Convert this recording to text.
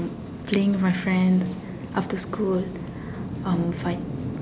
playing with my friends after school um five